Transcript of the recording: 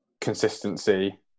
consistency